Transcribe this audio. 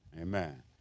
amen